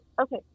Okay